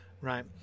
right